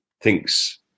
thinks